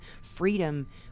freedom